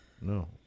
No